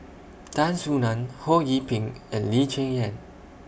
Tan Soo NAN Ho Yee Ping and Lee Cheng Yan